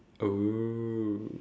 oh